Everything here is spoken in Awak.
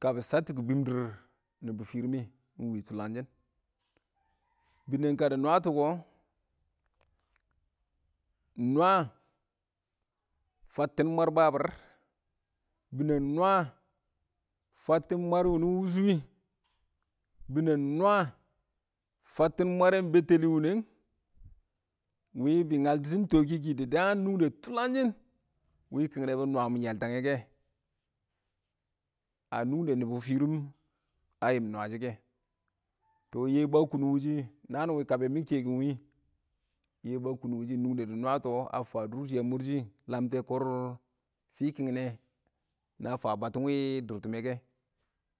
ka bɪ shattɔ kɔ bɪm diir nɪbɔ firim mɪ tʊlanshɪn. Binəng ka dɪ nwaatɔ kɔ, nwaa fattɪn mwaar babɪr, binəng nwaa fattɪm mwaar wʊni wʊshɪ wɪ binəng nwaa fattɪn mwaar bɛttɛlɪ wɪnəng wɪ bɪ ngaltɔ shɪn tɔkɪ kɪ. Dɪ daan nungdə tʊlangshɪn wɪ kɪngnɛ bɪ nwaam yaltangɛ kɛ, a nungdən nɪbɔ firim a yɪm nwaa shɪ kɛ tɔ Yebu a kʊn wɪ shɪ naan wɪ kabɛ ma kɛ kɪm wɪ, Yebu a kʊn wɪ shɪ nungdə dɪ nwaa tɔ a fan dʊr shɪn a mʊr shɪ lamte kɔrfɪ kɪngnɛ na fa batɔ wɪ dʊrtɪmɛ kɛ.